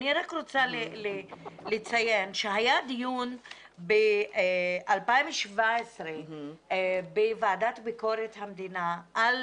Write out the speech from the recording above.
אני רק רוצה לציין שהיה דיון ב-2017 בוועדת ביקורת המדינה על